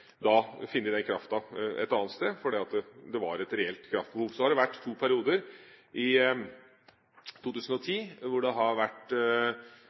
da måtte funnet den kraften et annet sted, for det var et reelt kraftbehov. Så har det vært to perioder i 2010 hvor det har vært